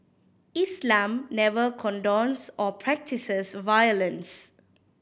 Islam never condones or practises violence